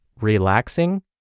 relaxing